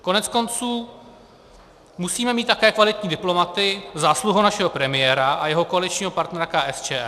Koneckonců musíme mít také kvalitní diplomaty zásluhou našeho premiéra a jeho koaličního partnera KSČM.